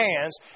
hands